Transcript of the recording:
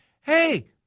hey